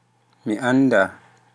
Mi annda